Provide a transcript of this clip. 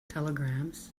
telegrams